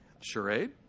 Charade